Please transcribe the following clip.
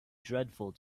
dreadful